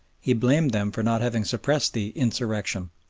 he blamed them for not having suppressed the insurrection.